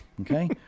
Okay